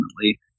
ultimately